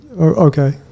Okay